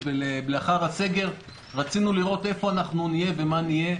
לאחר הסגר, רצינו לראות איפה אנחנו נהיה ומה נהיה.